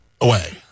away